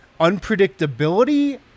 unpredictability